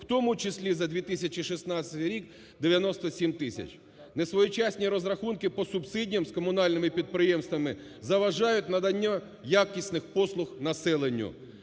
в тому числі за 2016 рік – 97 тисяч. Несвоєчасні розрахунки по субсидіям з комунальними підприємствами заважають наданню якісних послуг населенню.